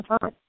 time